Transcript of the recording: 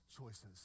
choices